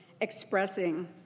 expressing